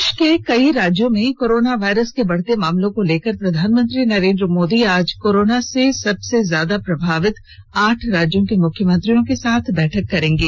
देश के कई राज्यों में कोरोना वायरस के बढ़ते मामलों को लेकर प्रधानमंत्री नरेंद्र मोदी आज कोरोना से सबसे ज्यादा प्रभावित आठ राज्यों के मुख्यमंत्रियों के साथ बैठक करेंगे